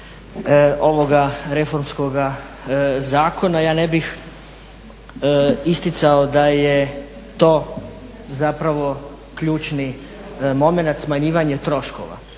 reformskoga zakona. Ja ne bih isticao da je to zapravo ključni momenat smanjivanje troškova,